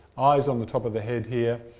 eyes on the top of the head here,